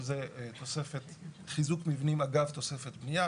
שזה תוספת חיזוק מבנים אגב תוספת בנייה.